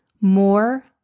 More